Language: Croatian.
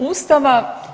Ustava?